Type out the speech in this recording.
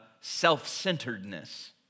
self-centeredness